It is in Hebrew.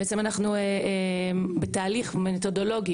בעצם אנחנו בתהליך מתודולוגי,